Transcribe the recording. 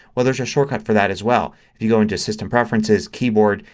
well there's a shortcut for that as well. you go into system preferences, keyboard,